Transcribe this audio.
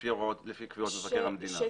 לפי קביעות מבקר המדינה.